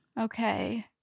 Okay